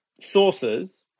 sources